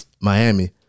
Miami